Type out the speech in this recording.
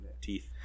teeth